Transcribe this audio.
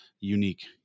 unique